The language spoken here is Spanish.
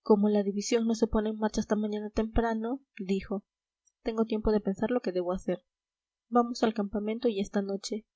como la división no se pone en marcha hasta mañana temprano dijo tengo tiempo de pensar lo que debo hacer vamos al campamento y esta noche